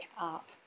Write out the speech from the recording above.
up